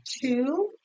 two